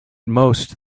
most